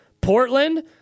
Portland